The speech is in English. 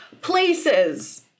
places